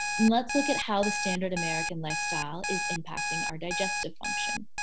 let's look at how the standard american lifestyle is impacting our digestive function.